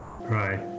Right